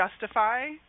justify